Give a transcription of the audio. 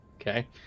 Okay